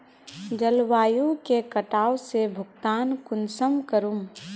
जलवायु के कटाव से भुगतान कुंसम करूम?